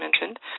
mentioned